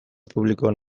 publikoan